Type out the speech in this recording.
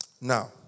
Now